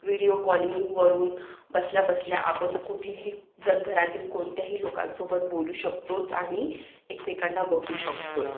video कॉलिंगवरून बसल्याबसल्या आपण कुठेही जगभरातील कोणत्याही लोकांसोबत बोलू शकतो आणि एकमेकांना बघू शकतो